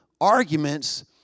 arguments